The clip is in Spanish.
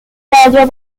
callo